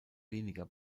weniger